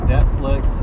Netflix